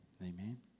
amen